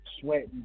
sweating